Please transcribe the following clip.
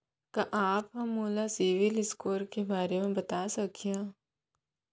का आप हा मोला सिविल स्कोर के बारे मा बता सकिहा?